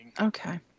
Okay